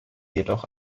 jedoch